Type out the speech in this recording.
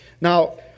Now